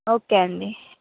okay అండి